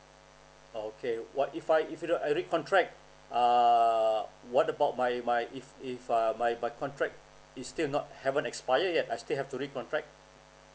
okay what if I if I don't I recontract err what about my my if if uh my my contract is still not haven't expire yet I still have to recontract